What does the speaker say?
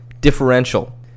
differential